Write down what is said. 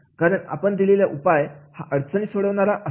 कारण आपण दिलेल्या उपाय हा अडचण सोडणारा असावा